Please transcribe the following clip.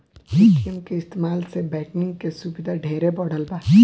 ATM के इस्तमाल से बैंकिंग के सुविधा ढेरे बढ़ल बा